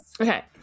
Okay